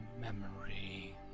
Memory